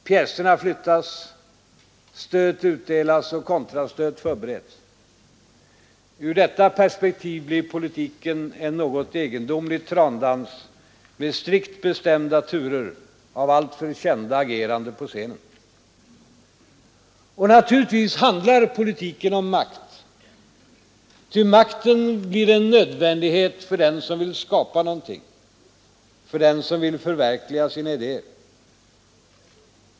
Pjäserna flyttas, stöt utdelas och kontrastöt förbereds. Ur detta perspektiv blir politiken en något egendomlig trandans med strikt bestämda turer av alltför kända agerande på scenen. Men naturligtvis handlar politiken om makt. Ty makten blir en nödvändighet för den som vill skapa någonting, för den som vill förverkliga sina idéer.